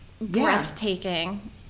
breathtaking